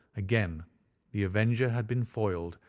again the avenger had been foiled,